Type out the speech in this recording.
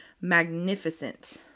magnificent